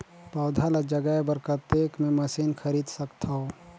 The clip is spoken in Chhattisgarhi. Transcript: पौधा ल जगाय बर कतेक मे मशीन खरीद सकथव?